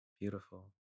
beautiful